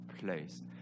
place